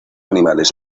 animales